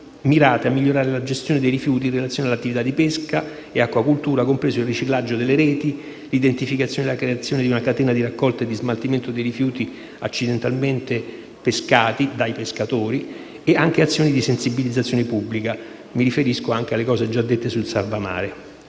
mirate a migliorare la gestione dei rifiuti in relazione all'attività di pesca e acquacoltura, compreso il riciclaggio delle reti, l'identificazione e la creazione di una catena di raccolta e di smaltimento dei rifiuti accidentalmente pescati dai pescatori e anche azioni di sensibilizzazione pubblica (mi riferisco anche alle cose già dette sul cosiddetto